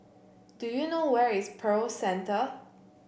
do you know where is Pearl Centre